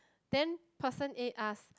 then person A ask